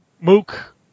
Mook